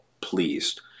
pleased